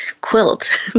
quilt